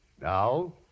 Now